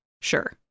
sure